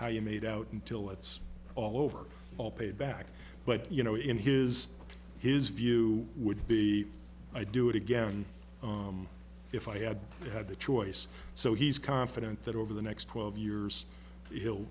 how you made out until it's all over all paid back but you know in his his view would be i do it again if i had had the choice so he's confident that over the next twelve years he'll